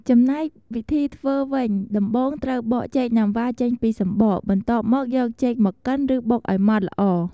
ចំណែកវិធីធ្វើវិញ ដំបូងត្រូវបកចេកណាំវ៉ាចេញពីសំបក បន្ទាប់មកយកចេកមកកិន ឬបុកឱ្យម៉ដ្ឋល្អ។